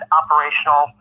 operational